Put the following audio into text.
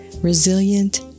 resilient